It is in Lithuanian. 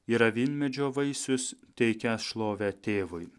yra vynmedžio vaisius teikiąs šlovę tėvui